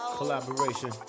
collaboration